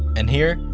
and here,